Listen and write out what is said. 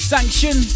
Sanction